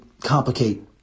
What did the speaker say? complicate